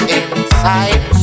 inside